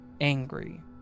angry